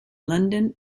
london